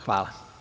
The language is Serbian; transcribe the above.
Hvala.